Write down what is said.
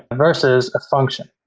and versus a function.